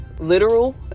literal